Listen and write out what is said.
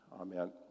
Amen